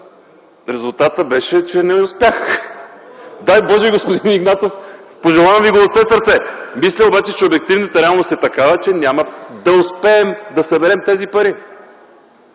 Резултатът беше, че не успях. Дай, Боже, господин Игнатов, да успеете! Пожелавам Ви го от все сърце! Мисля обаче, че обективната реалност е такава, че няма да успеем да съберем тези пари.